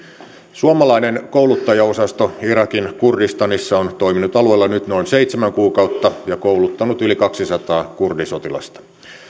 suomalainen kouluttajaosasto irakin kurdistanissa on toiminut alueella nyt noin seitsemän kuukautta ja kouluttanut yli kaksisataa kurdisotilasta